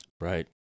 Right